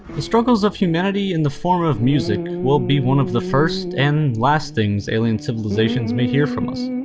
the struggles of humanity in the form of music will be one of the first and last things alien civilizations may hear from us,